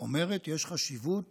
אומרת שיש חשיבות